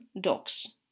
dogs